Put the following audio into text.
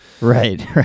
right